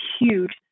huge